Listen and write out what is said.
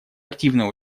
активное